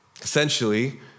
Essentially